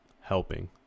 helping